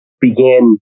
began